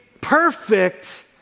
perfect